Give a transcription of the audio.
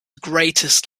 greatest